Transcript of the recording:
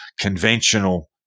conventional